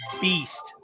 beast